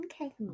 Okay